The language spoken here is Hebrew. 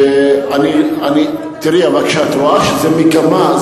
אבל כשאת רואה שזה מגמה,